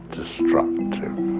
destructive